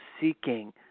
seeking